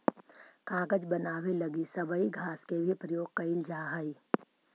कागज बनावे लगी सबई घास के भी प्रयोग कईल जा हई